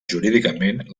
jurídicament